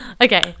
Okay